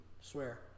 Swear